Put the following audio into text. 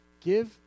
Give